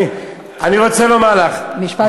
אני רוצה לומר לך, משפט סיום.